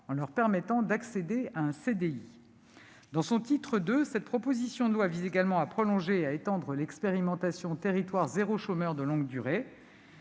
en leur permettant d'accéder à un CDI. Dans son titre II, cette proposition de loi vise également à prolonger et à étendre l'expérimentation « territoires zéro chômeur de longue durée